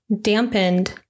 dampened